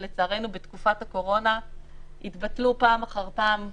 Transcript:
שלצערנו בתקופת הקורונה התבטלו פעם אחר פעם,